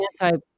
anti